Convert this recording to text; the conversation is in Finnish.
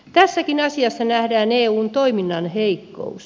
tässäkin asiassa nähdään eun toiminnan heikkous